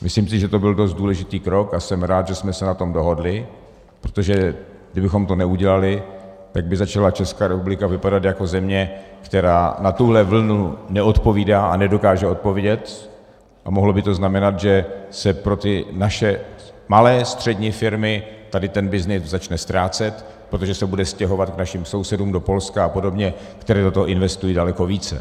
Myslím si, že to byl dost důležitý krok, a jsem rád, že jsme se na tom dohodli, protože kdybychom to neudělali, tak by začala Česká republika vypadat jako země, která na tuhle vlnu neodpovídá a nedokáže odpovědět, a mohlo by to znamenat, že se pro ty naše malé střední firmy tady ten byznys začne ztrácet, protože se bude stěhovat k našim sousedům do Polska a podobně, kteří do toho investují daleko více.